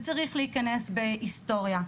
זה צריך להיכנס בהיסטוריה,